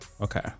Okay